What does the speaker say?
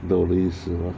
你懂我意思吗